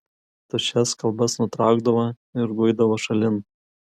tuščias kalbas nutraukdavo ir guidavo šalin